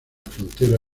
frontera